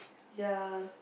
ya